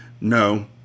No